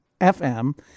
FM